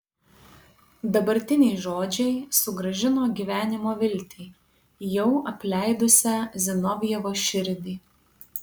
dabartiniai žodžiai sugrąžino gyvenimo viltį jau apleidusią zinovjevo širdį